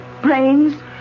Brains